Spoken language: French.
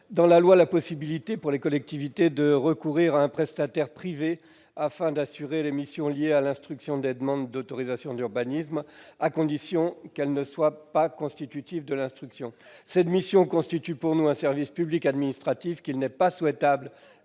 dans la loi la possibilité pour les collectivités de recourir à un prestataire privé afin d'assurer les missions liées à l'instruction des demandes d'autorisation d'urbanisme, à condition qu'elles ne soient pas constitutives de l'instruction. Cette mission constitue pour nous un service public administratif qu'il n'est pas souhaitable